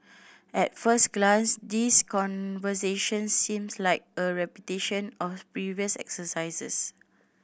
at first glance these conversations seems like a repetition of previous exercises